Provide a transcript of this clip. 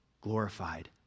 glorified